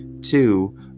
Two